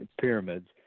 pyramids